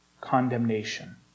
condemnation